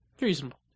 Reasonable